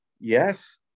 Yes